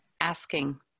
asking